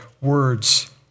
words